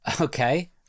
Okay